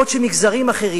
בעוד מגזרים אחרים,